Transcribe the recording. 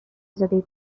زاده